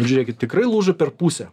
žiūrėkit tikrai lūžo per pusę